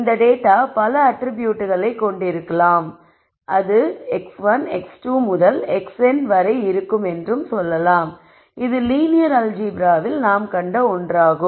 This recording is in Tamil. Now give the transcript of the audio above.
இந்த டேட்டா பல அட்ரிபியூட்களை கொண்டிருக்கலாம் இது x1 x2 முதல் xn வரை இருக்கும் என்று சொல்லலாம் இது லீனியர் அல்ஜீப்ராவில் நாம் கண்ட ஒன்றாகும்